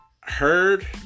Heard